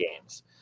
games